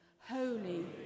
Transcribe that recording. holy